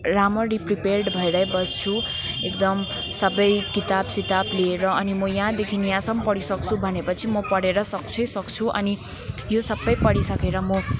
राम्ररी प्रिपेर्ड भएरै बस्छु एकदम सबै किताब सिताब लिएर अनि म यहाँदेखि यहाँसम्म पढिसक्छु भनेपछि म पढेर सक्छु है सक्छु अनि यो सबै पढिसकेर म